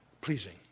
pleasing